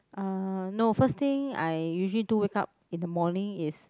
uh no first thing I usually do wake up in the morning is